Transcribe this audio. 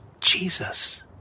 Jesus